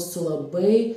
su labai